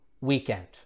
weekend